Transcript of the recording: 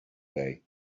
day